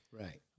Right